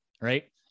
right